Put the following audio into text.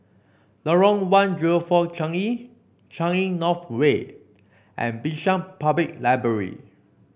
Lorong one zero four Changi Changi North Way and Bishan Public Library